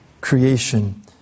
creation